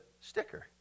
sticker